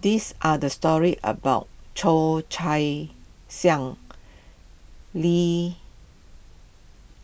these are the stories about Cheo Chai Li